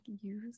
use